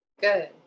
Good